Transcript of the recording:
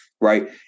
right